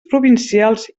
provincials